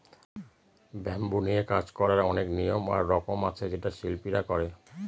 bamboo নিয়ে কাজ করার অনেক নিয়ম আর রকম আছে যেটা শিল্পীরা করে